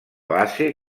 base